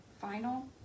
final